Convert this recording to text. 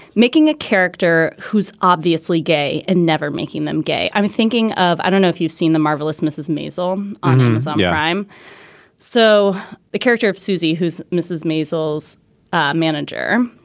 making a character who's obviously gay and never making them gay. i'm thinking of i don't know if you've seen the marvelous mrs. masel um on um this. um yeah. i'm so the character of susie, who's mrs. maysles ah manager,